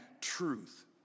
truth